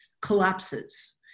collapses